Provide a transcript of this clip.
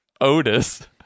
otis